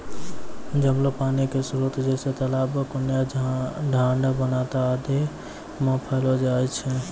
जमलो पानी क स्रोत जैसें तालाब, कुण्यां, डाँड़, खनता आदि म पैलो जाय छै